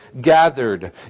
gathered